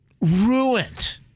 ruined